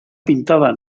pintada